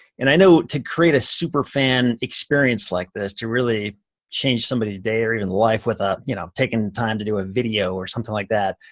and i know to create a superfan experience like this, to really change somebody's day or even life with ah you know taking the time to do a video or something like that,